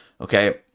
okay